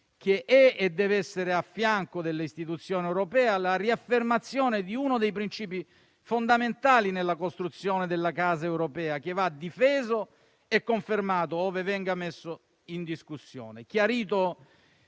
che è e deve essere a fianco delle istituzioni europee, la riaffermazione di uno dei principi fondamentali nella costruzione della Casa europea, che va difeso e confermato ove venga messo in discussione.